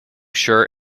sure